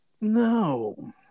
no